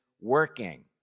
working